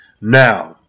Now